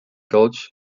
gulch